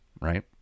right